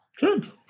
Good